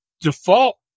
default